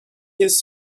his